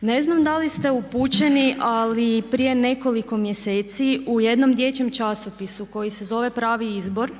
Ne znam da li ste upućeni, ali prije nekoliko mjeseci u jednom dječjem časopisu koji se zove „Pravi izbor“